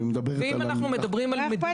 אני רוצה לחזור על שני